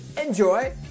Enjoy